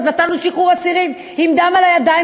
אז נתנו שחרור אסירים עם דם על הידיים,